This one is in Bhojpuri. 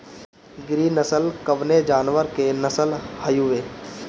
गिरी नश्ल कवने जानवर के नस्ल हयुवे?